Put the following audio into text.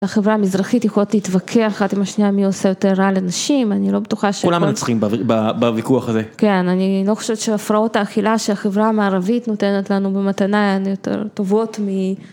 החברה המזרחית יכולות להתווכח אחת עם השנייה מי עושה יותר רע לנשים, אני לא בטוחה ש... כולם הנצחים בוויכוח הזה. כן, אני לא חושבת שהפרעות האכילה שהחברה המערבית נותנת לנו במתנה הן יותר טובות מ...